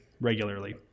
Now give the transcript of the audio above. regularly